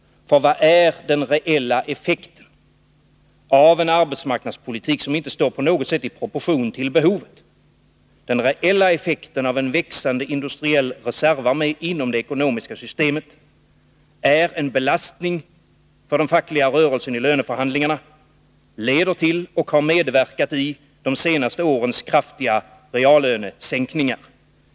Vad är den reella effekten av en arbetsmarknadspolitik som inte står på något sätt i proportion till behovet? Den reella effekten av en växande industriell reservarmé inom det ekonomiska systemet är en belastning för den fackliga rörelsen vid löneförhandlingarna. Den kan ha medverkat till de senaste årens kraftiga reallönesänkningar.